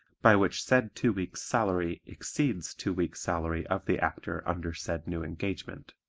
by which said two weeks' salary exceeds two weeks' salary of the actor under said new engagement.